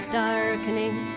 darkening